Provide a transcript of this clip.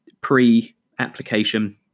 pre-application